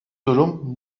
durum